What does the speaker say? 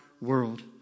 world